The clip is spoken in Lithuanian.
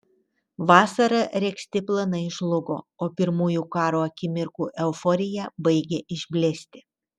vasarą regzti planai žlugo o pirmųjų karo akimirkų euforija baigė išblėsti